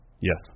Yes